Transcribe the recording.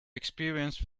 experience